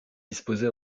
disposé